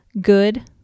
Good